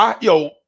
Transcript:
yo